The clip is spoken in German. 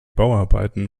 bauarbeiten